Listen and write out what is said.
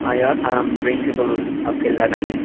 yes I am principal Akhil Adani